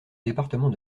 département